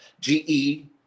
GE